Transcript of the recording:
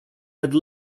had